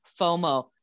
fomo